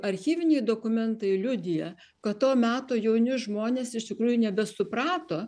archyviniai dokumentai liudija kad to meto jauni žmonės iš tikrųjų nebesuprato